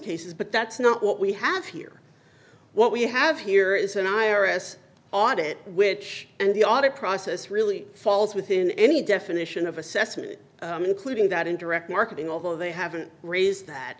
cases but that's not what we have here what we have here is an i r s audit which and the audit process really falls within any definition of assessment including that in direct marketing although they haven't raised that